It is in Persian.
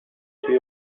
توی